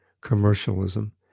commercialism